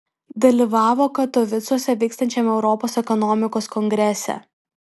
dalyvavo katovicuose vykstančiame europos ekonomikos kongrese